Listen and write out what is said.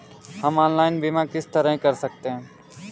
हम ऑनलाइन बीमा किस तरह कर सकते हैं?